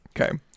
Okay